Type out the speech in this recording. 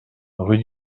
rue